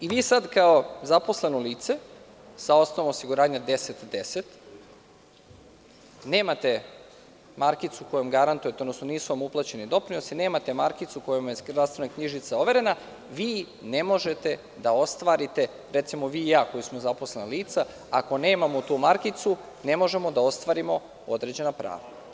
I vi sad kao zaposleno lice sa osnovom osiguranja 1010 nemate markicu kojom garantujete, odnosno, nisu vam uplaćeni doprinosi, vi ne možete da ostvarite, recimo vi i ja, koji smo zaposlena lica, ako nemamo tu markicu, ne možemo da ostvarimo određena prava.